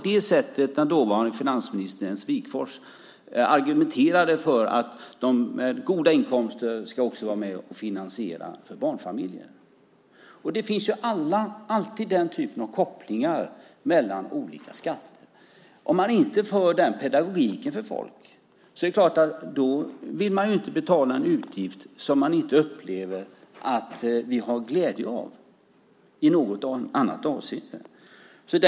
Det var den dåvarande finansministern Ernst Wigforss som argumenterade för att de med goda inkomster skulle vara med och finansiera för barnfamiljer. Den typen av kopplingar finns alltid mellan olika skatter. Om man inte för fram den pedagogiken till folk vill man inte betala en utgift som man inte upplever att vi har glädje av i något annat avseende.